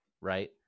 right